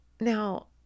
Now